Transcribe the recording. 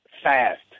fast